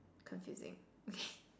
confusing